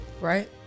Right